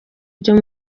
ryo